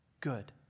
Good